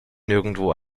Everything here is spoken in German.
nirgendwo